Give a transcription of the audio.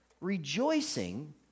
rejoicing